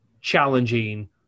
challenging